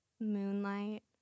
Moonlight